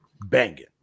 banging